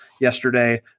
yesterday